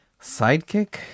sidekick